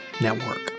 Network